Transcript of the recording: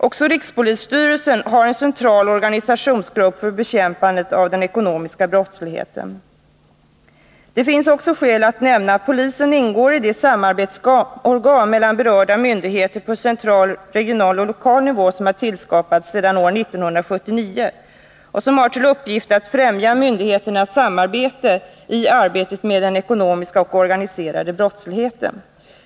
Också rikspolisstyrelsen har en central organisationsgrupp för bekämpandet av den ekonomiska brottsligheten. Det är vidare skäl att nämna att polisen ingår i de samarbetsorgan mellan berörda myndigheter på central, regional och lokal nivå som har tillskapats under år 1979 och som har till uppgift att främja myndigheternas samarbete i bekämpandet av den ekonomiska och organiserade brottsligheten.